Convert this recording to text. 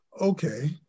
Okay